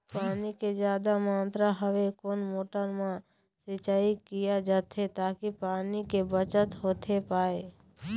पानी के जादा मात्रा हवे कोन मोटर मा सिचाई किया जाथे ताकि पानी के बचत होथे पाए?